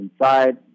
inside